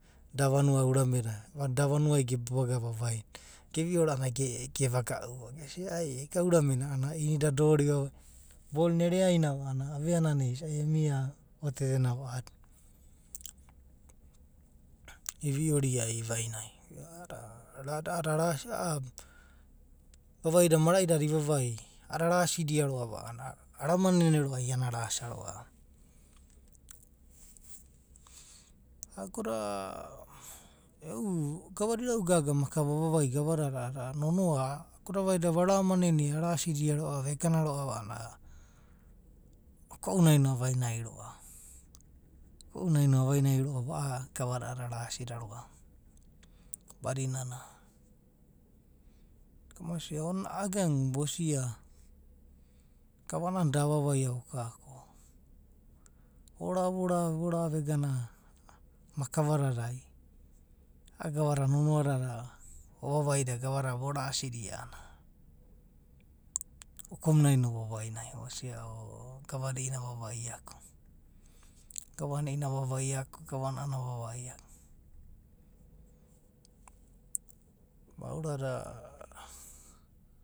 Da vanua urawe da, da vanuai gebabaga vavina, ge viera a’ananai gevageva, gesia, ega urame na a’anana inida dori vavina bolo ereainava a’anana avea nana isai emia otete nava a’adina, ivioria ivainai, a’adada, rada a’adada arisia, a’a vavai da marai dada ivavai a’dada araside roa’va, arama nene iana arasa roa’va. Ago da, gave da irau gaga ava vai makava a’adada nonoa, ago da vaida varamenene araside roa’va egana roa’va a’anana uko, unai no avainai roa’va. Uko’una no avainai roa’va a’a gave da araside roa’va. Badinana, onina iagana vosia, gavana’a’anana da’avavaia voka ko vora vora vora vegena makava nanai a’a gava da nonoa dada ova vaida gava dada vorasida a’anana uko munai no vo vainai vosia o’o gavana i’inana ava viako, gavana a’anana ava vaiako. Maora da